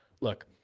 Look